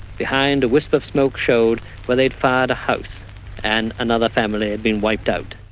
behind, a wisp of smoke showed where they'd fired a house and another family had been wiped out.